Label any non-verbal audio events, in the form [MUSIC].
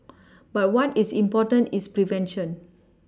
[NOISE] but what is important is prevention